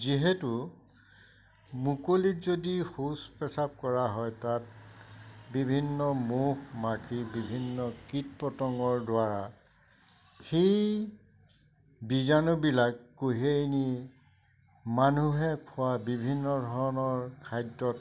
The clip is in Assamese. যিহেতু মুকলিত যদি শৌচ পেচাব কৰা হয় তাত বিভিন্ন মহ মাখি বিভিন্ন কীট পতংগৰ দ্বাৰা সেই বীজাণুবিলাক কঢ়িয়াই নি মানুহে খোৱা বিভিন্ন ধৰণৰ খাদ্যত